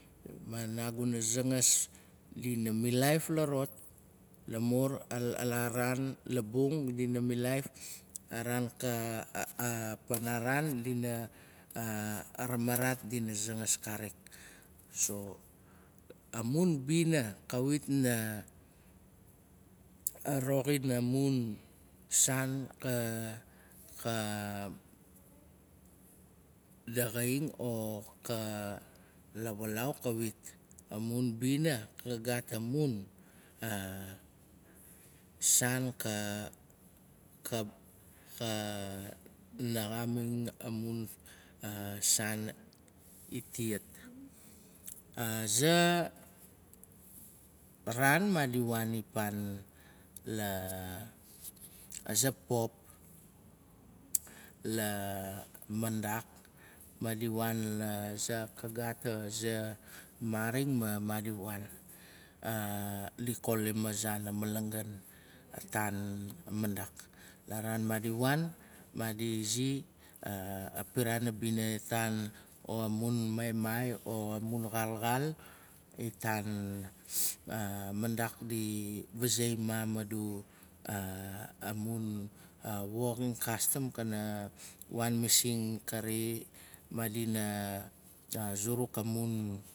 Ma nagun zangas, ding milaif la rot lamur la raan labung dina milaif, araan ka panaran dina ramaraat dina zangas karik. So, amun bina kawit na roxin amun, saan ka daxaing, o ka lawalaau kawit. Amun bina. ka gaat amun saan ka naxaam amun saan itiat. Aza raaqn maadi waan la za pop la mandak, maadi waan laza hap ka gaat maaring ma maadi waan. A di kolim azaan a malangan atanmandaak. La raan maadi, waan, maadi izi, a pirana bina initan, o mun maimai, o mun xaalxaal itan mandaak, di vazei maam adu, amun woxina kastam kana waan masing kan, maadina zuruk amun.